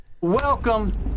Welcome